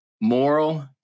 moral